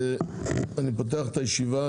אני פותח את הישיבה,